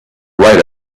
write